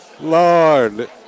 Lord